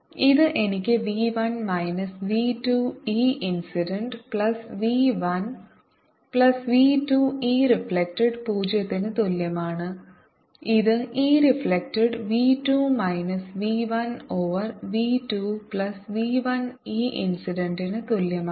ഇത് എനിക്ക് v 1 minus v 2 e incident plus v 1 plus v 2 e reflected 0 ന് തുല്യമാണ് ഇത് e reflected v 2 minus v 1 over v 2 plus v 1 e ഇൻസിഡന്റ്ന് തുല്യമാണ്